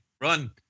Run